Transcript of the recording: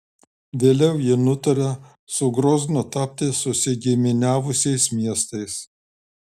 vėliau ji nutarė su groznu tapti susigiminiavusiais miestais